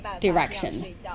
direction